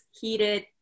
heated